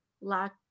lack